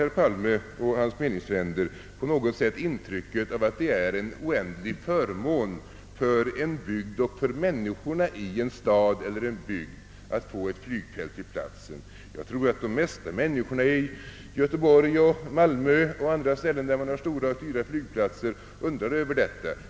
Herr Palme och hans meningsfränder skapar på något sätt intrycket att det är en oändlig förmån för en bygd och för människorna där att få ett flygfält till platsen. Jag tror att de flesta män niskorna i Göteborg och Malmö och på andra platser, där man har stora och dyra flygplatser, undrar över detta.